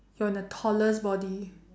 you're in the toddler's body